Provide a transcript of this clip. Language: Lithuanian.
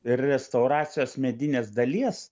ir restauracijos medinės dalies